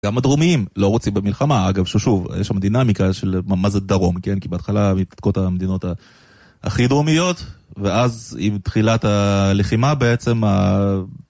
גם הדרומיים לא רוצים במלחמה, אגב ששוב, יש שם דינמיקה של מה זה דרום, כי בהתחלה מתנקות המדינות הכי דרומיות, ואז עם תחילת הלחימה בעצם ה...